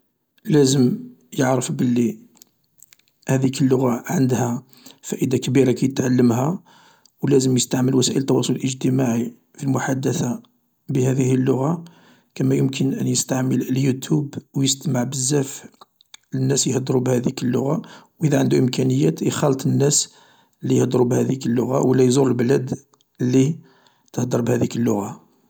لازم يعرف بلي هاذيك اللغة عندها فائدة كبيرة كي يتعلمها و لازم يستعمل وسائل التواصل الإجتماعي في المحادثة بهذه اللغة كما يمكن أن يستعمل اليوتيوب و يستمع بزاف لناس يهدرو بهاذيك اللغة و اذا عندو إمكانيات يخالط الناس لي يهدرو بهاذيك اللغة ولا يزور لبلاد لي تهدر بهاذيك اللغة